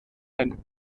ein